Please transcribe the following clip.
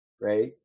right